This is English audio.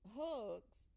hugs